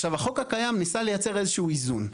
עכשיו, החוק הקיים ניסה לייצר איזה שהוא איזון.